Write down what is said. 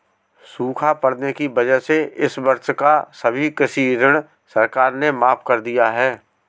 सूखा पड़ने की वजह से इस वर्ष का सभी कृषि ऋण सरकार ने माफ़ कर दिया है